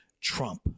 Trump